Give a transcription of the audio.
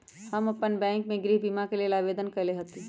हम अप्पन बैंक में गृह बीमा के लेल आवेदन कएले हति